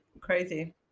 Crazy